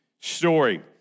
story